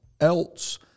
else